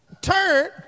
turn